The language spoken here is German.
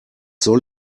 soll